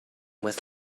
with